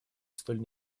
столь